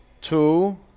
Two